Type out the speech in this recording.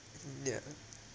mm yeah